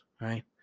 Right